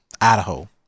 Idaho